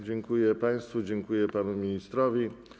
Dziękuję państwu, dziękuję panu ministrowi.